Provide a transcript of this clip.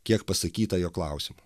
kiek pasakyta jo klausimu